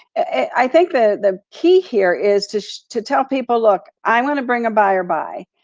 i think the the key here, is to to tell people, look, i wanna bring a buyer by,